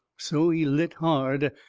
so he lit hard,